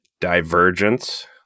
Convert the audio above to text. Divergence